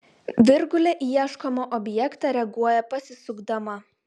virgulė į ieškomą objektą reaguoja pasisukdama